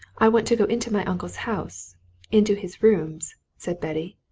i want to go into my uncle's house into his rooms, said betty.